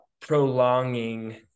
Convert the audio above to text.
prolonging